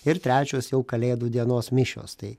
ir trečios jau kalėdų dienos mišios tai